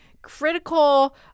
critical